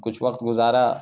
کچھ وقت گزارا